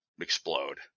explode